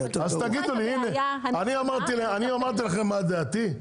אני אמרתי לכם מה דעתי.